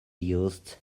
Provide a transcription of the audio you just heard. used